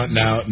now